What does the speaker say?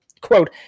quote